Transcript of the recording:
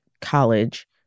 college